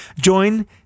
Join